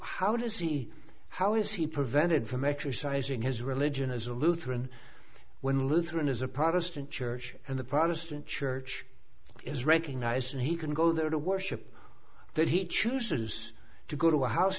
how does he how is he prevented from exercise using his religion as a lutheran when lutheran is a protestant church and the protestant church is recognized and he can go there to worship that he chooses to go to a house